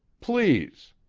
please!